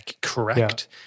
correct